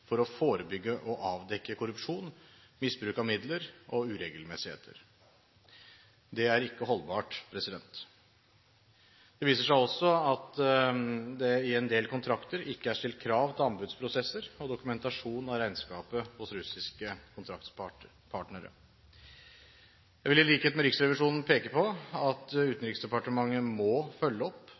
for å forebygge og avdekke korrupsjon, misbruk av midler og uregelmessigheter. Det er ikke holdbart. Det viser seg også at det i en del kontrakter ikke er stilt krav til anbudsprosesser og dokumentasjon av regnskapet hos russiske kontraktspartnere. Jeg vil i likhet med Riksrevisjonen peke på at Utenriksdepartementet må følge opp